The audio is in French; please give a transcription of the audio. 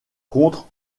contre